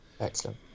Excellent